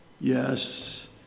Yes